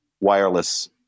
wireless